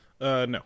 No